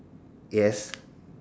yes